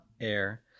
air